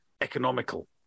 economical